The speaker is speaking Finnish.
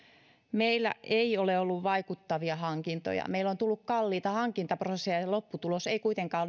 meillä ei ole ollut vaikuttavia hankintoja meillä on tullut kalliita hankintaprosesseja ja lopputulos ei kuitenkaan